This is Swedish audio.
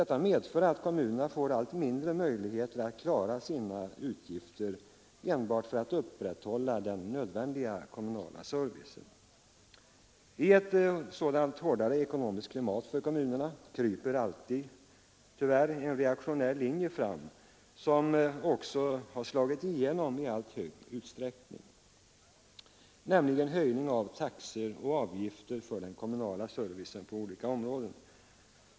Detta medför att kommunerna får allt mindre möjligheter att klara sina utgifter enbart för att upprätthålla den nödvändiga kommunala servicen. I ett sådant hårdare ekonomiskt klimat för kommunerna kryper alltid en reaktionär linje fram, och denna har tyvärr också slagit igenom i alltför stor utsträckning, nämligen höjning av taxor och avgifter för den kommunala servicens olika områden.